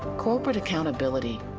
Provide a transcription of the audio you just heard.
corporate accountability,